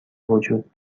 وجود